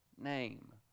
name